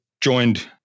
joined